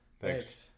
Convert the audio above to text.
Thanks